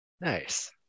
Nice